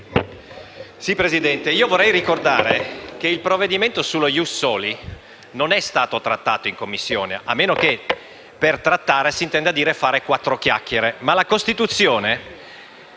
Presidente, vorrei ricordare che il provvedimento sullo *ius* *soli* non è stato trattato in Commissione, a meno che per trattare si intenda dire fare quattro chiacchiere, ma la Costituzione